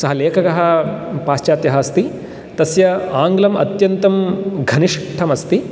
सः लेखकः पाश्चात्यः अस्ति तस्य आङ्ग्लं अत्यन्तं घनिष्ठमस्ति